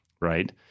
right